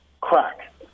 crack